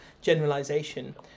generalization